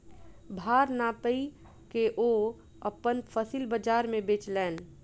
भार नाइप के ओ अपन फसिल बजार में बेचलैन